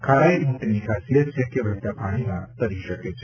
ખારાઈ ઊંટની ખાસિયત છે કે વહેતા પાણીમાં તરી શકે છે